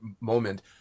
moment